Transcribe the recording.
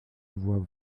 vois